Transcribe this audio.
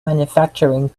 manufacturing